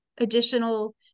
additional